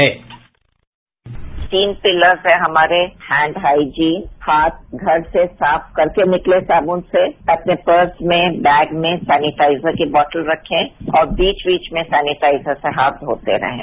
sound bite तीन pillars हैं हमारे हैंड हाइजिंग हाथ घर से साफ करके निकलें साबून से अपने पर्स में बैग में सेनेटाइजर की बोतल रखें और बीच बीच में सेनेटाइजर से हाथ धोते रहें